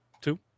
two